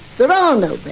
there are no but